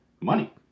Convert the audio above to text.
money